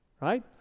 right